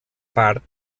part